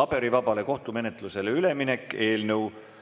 (paberivabale kohtumenetlusele üleminek) eelnõu